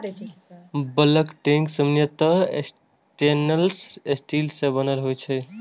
bulk tank सामान्यतः stainless steel सं बनल होइ छै